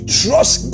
trust